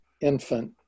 infant